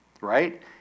right